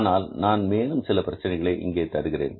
ஆனால் நான் மேலும் சில பிரச்சனைகளை இங்கே தருகிறேன்